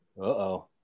Uh-oh